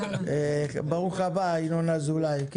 ברוך הבא ינון אזולאי.